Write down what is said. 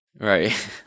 Right